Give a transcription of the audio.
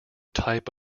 type